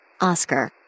Oscar